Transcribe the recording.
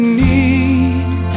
need